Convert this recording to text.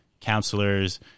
counselors